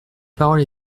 parole